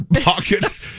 pocket